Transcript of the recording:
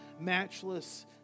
matchless